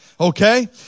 Okay